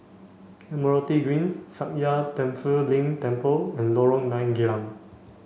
Admiralty Greens Sakya Tenphel Ling Temple and Lorong nine Geylang